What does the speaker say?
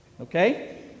Okay